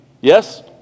yes